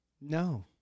No